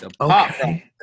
Okay